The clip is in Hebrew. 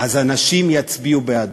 אז אנשים יצביעו בעדו.